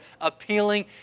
appealing